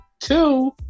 two